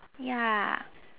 ya